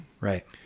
Right